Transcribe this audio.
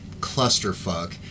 clusterfuck